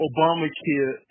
Obamacare